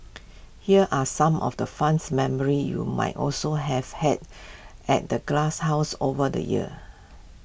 here are some of the funs memory you might also have had at the glasshouse over the years